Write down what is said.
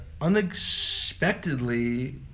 unexpectedly